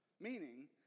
meaning